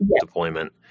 deployment